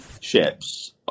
ships